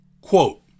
Quote